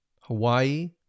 Hawaii